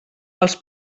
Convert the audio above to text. als